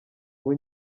ubu